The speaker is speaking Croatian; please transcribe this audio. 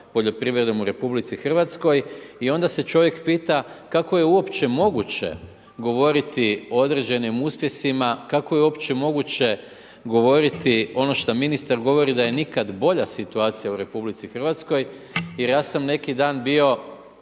poljoprivredom u RH. I onda se čovjek pita kako je uopće moguće govoriti o određenim uspjesima, kako je uopće moguće govoriti ono što ministar govori da je nikad bolja situacija u RH. Jer ja sam neki dan bio